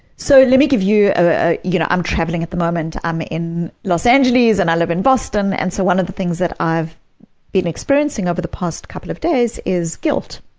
so let me give you ah you know i'm travelling at the moment, i'm in los angeles and i live in boston, and so one of the things that i've been experiencing over the past couple of days is guilt.